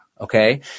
okay